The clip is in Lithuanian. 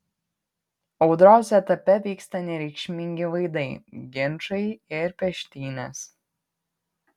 audros etape vyksta nereikšmingi vaidai ginčai ir peštynės